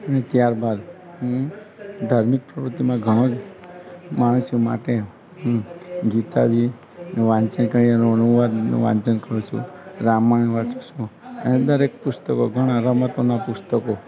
અને ત્યારબાદ હું ધાર્મિક પ્રવૃતિમાં ઘણું જ માનું છું માટે હુ ગીતાજીનું વાંચન કરીને એનું અનુવાદનું વાંચન કરું છું રામાયણ વાંચું છું અને દરેક પુસ્તકો ઘણાં રમતોના પુસ્તકો